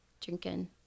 drinking